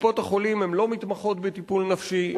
קופות-החולים לא מתמחות בטיפול נפשי,